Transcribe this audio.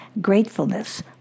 gratefulness